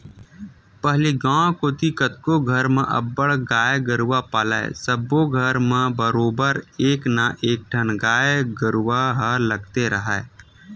पहिली गांव कोती कतको घर म अब्बड़ गाय गरूवा पालय सब्बो घर म बरोबर एक ना एकठन गाय गरुवा ह लगते राहय